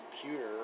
computer